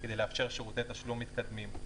כדי לאפשר שירותי תשלום מתקדמים.